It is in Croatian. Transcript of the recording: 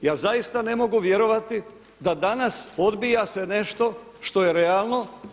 Ja zaista ne mogu vjerovati da danas odbija se nešto što je realno.